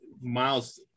Miles